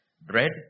Bread